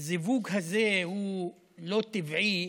הזיווג הזה הוא לא טבעי,